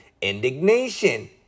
indignation